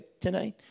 tonight